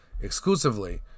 exclusively